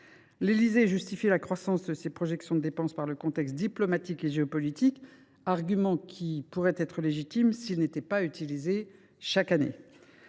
L’Élysée justifie la croissance de ces projections de dépenses par le contexte diplomatique et géopolitique, argument qui aurait pu être légitime s’il n’était pas utilisé chaque année.